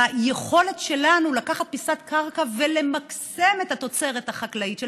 ביכולת שלנו לקחת פיסת קרקע ולמקסם את התוצרת החקלאית שלה,